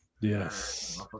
Yes